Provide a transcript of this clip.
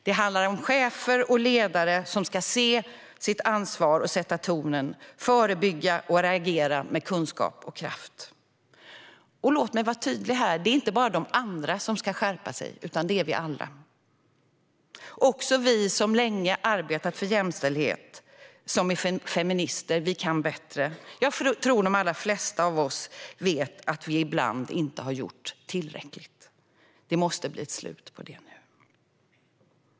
Det handlar om chefer och ledare som ska se sitt ansvar och sätta tonen, förebygga och reagera med kunskap och kraft. Låt mig vara tydlig: Det är inte bara de andra som ska skärpa sig, utan det är vi alla. Också vi som länge arbetat för jämställdhet och som är feminister kan bättre. Jag tror att de allra flesta av oss vet att vi ibland inte har gjort tillräckligt. Det måste bli ett slut på det nu.